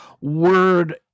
word